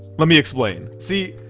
let me explain. see,